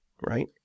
right